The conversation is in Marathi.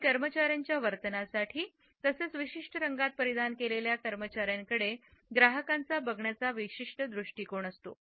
आणि कर्मचार्यांच्या वर्तनासाठी तसेच विशिष्ट रंगात परिधान केलेल्या कर्मचाऱ्याकडे ग्राहकांचा बघण्याचं विशिष्ट दृष्टिकोन असतो